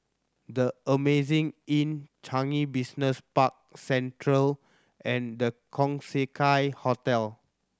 The Amazing Inn Changi Business Park Central and The Keong Hotel